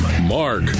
Mark